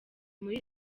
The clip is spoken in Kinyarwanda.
muri